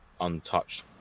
untouched